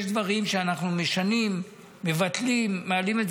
יש דברים שאנחנו משנים, מבטלים, מעלים.